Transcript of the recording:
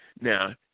Now